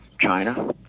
China